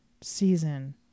season